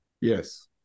Yes